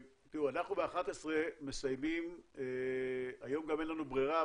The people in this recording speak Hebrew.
אנחנו נסיים בשעה 11:00. היום גם אין לנו ברירה,